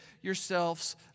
yourselves